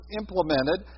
implemented